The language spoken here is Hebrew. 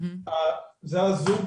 זה הזוג,